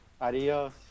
Adios